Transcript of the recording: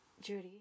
Judy